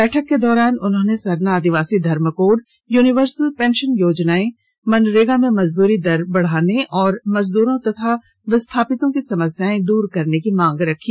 बैठक के दौरान उन्होंने सरना आदिवासी धर्म कोड युनिवर्सल पेंशन योजना मनरेगा में मजदूरी दर बढाने और मजदूरों और विस्थापितों की समस्याएं दूर करने की मांग रखी